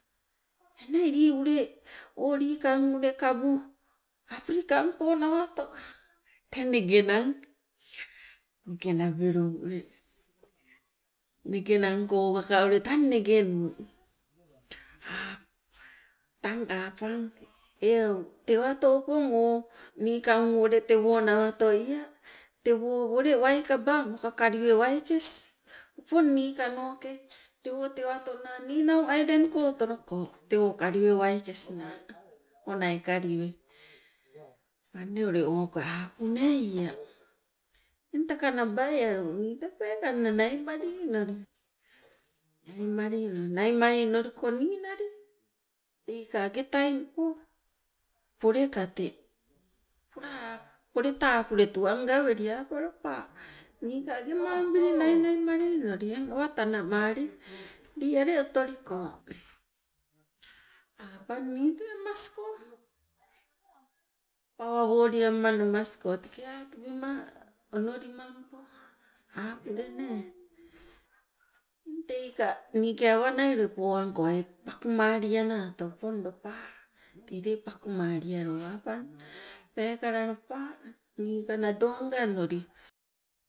Enai lii ule o likang ule kabu african po nawato teng negenang, negenabilung ule, negenangko ogaka ule tang negenu tang apang eu tewato opong o nikang wole tewo nawato ea tewo wole waikaba maka kaliwe waikes, opong nikanoke tewo tewatona ninau ailan ko otoloko tewo kaliwe waikes naa onai kaliwe. Manne oga apu nee ia eng teka nabai alu, nii tee peekanna naimalili noli, naimalili noli. Naimalili noliko ninali teika agetaingpo pole ka te pola apu- poleta apuletu ang gaweli apa lopa nii ka age mamubili nainai malili noli eng awa tanamali lii ale otoliko? Apang nii tee amasko pawa woliamma namasko teke atubima onolimampo apule nee. Teng teika niike awanai poangko aii ule pakumalianato opong lopa teitei pakumalialu apang pekala lopa niika nadonga onoli